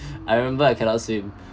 I remember I cannot swim